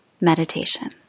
Meditation